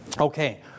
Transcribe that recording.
Okay